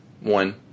One